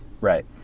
Right